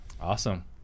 Awesome